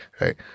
right